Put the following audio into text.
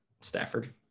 Stafford